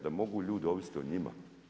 Da mogu ljudi ovisit o njima.